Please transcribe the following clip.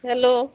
hello